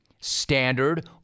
Standard